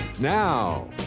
Now